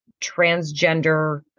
transgender